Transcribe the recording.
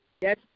Yes